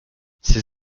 ses